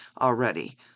already